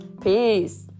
Peace